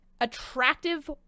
attractive